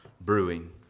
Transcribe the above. brewing